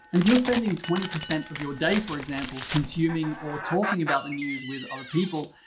and if you're spending twenty percent of your day, for example, consuming or talking about the news with other people,